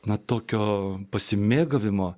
na tokio pasimėgavimo